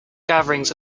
gatherings